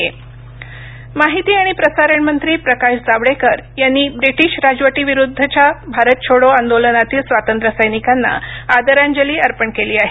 चले जाव अभिवादन माहिती आणि प्रसारण मंत्री प्रकाश जावडेकर यांनी ब्रिटिश राजवटीविरुद्धच्या भारत छोडो आंदोलनातील स्वातंत्र्यसैनिकांना आदरांजली अर्पण केली आहे